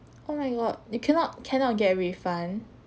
oh my god they cannot cannot get a refund